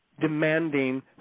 demanding